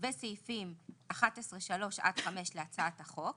וסעיפים 11(3) עד (5) להצעת החוק.